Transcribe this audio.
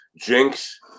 jinx